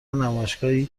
نمایشگاهی